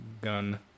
gun